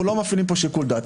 אנחנו לא מפעילים פה שיקול דעת.